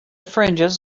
fringes